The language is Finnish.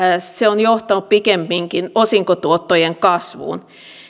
se on johtanut pikemminkin osinkotuottojen kasvuun